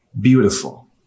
beautiful